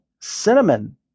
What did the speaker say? cinnamon